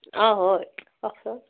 অঁ হয় কওকচোন